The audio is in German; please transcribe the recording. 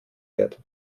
wird